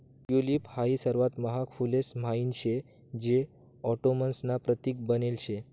tulip हाई सर्वात महाग फुलेस म्हाईन शे जे ऑटोमन्स ना प्रतीक बनेल शे